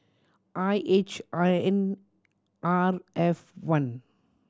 I H I N R F one